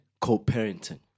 co-parenting